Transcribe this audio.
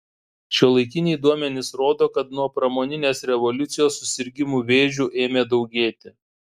šiuolaikiniai duomenys rodo kad nuo pramoninės revoliucijos susirgimų vėžiu ėmė daugėti